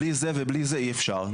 בלי זה ובלי זה אי אפשר,